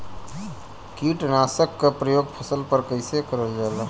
कीटनाशक क प्रयोग फसल पर कइसे करल जाला?